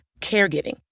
caregiving